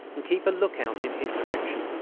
and keep a look-out in his direction.